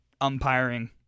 umpiring